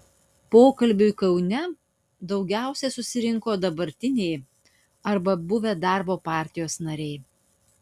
pokalbiui kaune daugiausiai susirinko dabartiniai arba buvę darbo partijos nariai